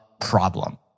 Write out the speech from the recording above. problem